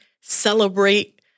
celebrate